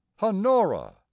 Honora